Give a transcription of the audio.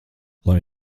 lai